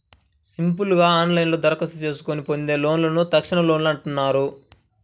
simple గా ఆన్లైన్లోనే దరఖాస్తు చేసుకొని పొందే లోన్లను తక్షణలోన్లు అంటున్నారు